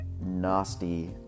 nasty